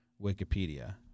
Wikipedia